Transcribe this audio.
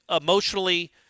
emotionally